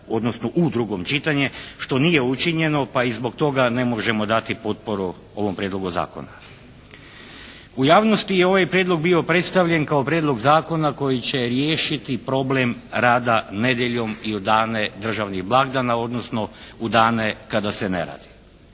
odnosno u drugo čitanje što nije učinjeno pa i zbog toga ne možemo dati potporu ovom prijedlogu zakona. U javnosti je ovaj prijedlog bio predstavljen kao prijedlog zakona koji će riješiti problem rada nedjeljom i u dane državnih blagdana, odnosno u dane kada se ne radi.